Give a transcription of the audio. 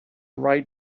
write